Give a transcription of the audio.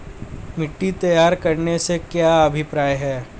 मिट्टी तैयार करने से क्या अभिप्राय है?